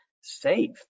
safe